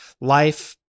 life